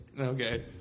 Okay